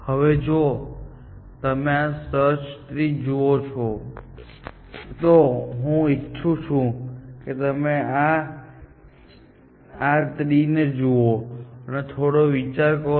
હવે જો તમે આ સર્ચ ટ્રી જુઓ તો હું ઇચ્છું છું કે તમે આ ટ્રી જુઓ અને થોડો વિચાર કરો